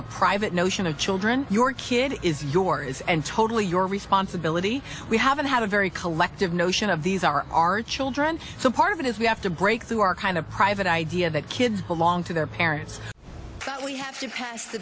a private notion of children your kid is yours and totally your responsibility we haven't had a very collective notion of these are our children so part of it is we have to break through our kind of private idea that kids belong to their parents that we have to pass the